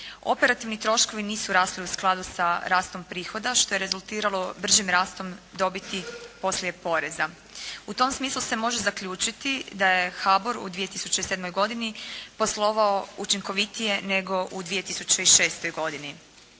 Operativni troškovi nisu rasli u skladu sa rastom prihoda što je rezultiralo bržim rastom dobiti poslije poreza. U tom smislu se može zaključiti da je HABOR u 2007. godini poslovao učinkovitije u 2006. godini.